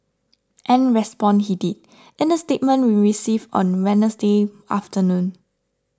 and respond he did in a statement we received on Wednesday afternoon